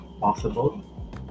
possible